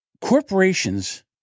Corporations